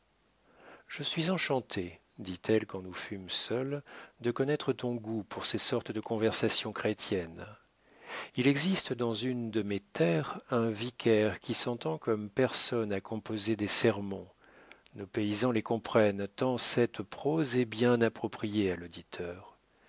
je suis enchantée dit-elle quand nous fûmes seuls de connaître ton goût pour ces sortes de conversations chrétiennes il existe dans une de mes terres un vicaire qui s'entend comme personne à composer des sermons nos paysans les comprennent tant cette prose est bien appropriée à l'auditeur